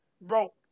bro